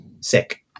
sick